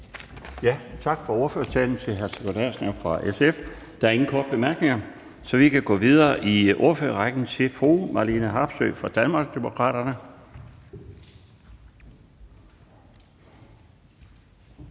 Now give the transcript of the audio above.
fra SF for ordførertalen. Der er ingen korte bemærkninger, så vi kan gå videre i ordførerrækken til fru Marlene Harpsøe fra Danmarksdemokraterne.